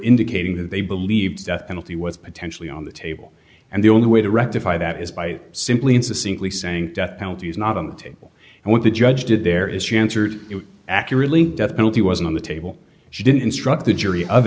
indicating that they believed death penalty was potentially on the table and the only way to rectify that is by simply into simply saying death penalty is not on the table and what the judge did there is she answered it accurately death penalty was on the table she didn't instruct the jury of